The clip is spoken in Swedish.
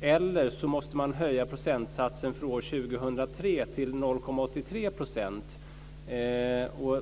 eller så måste man höja procentsatsen för år 2003 till 0,83 %.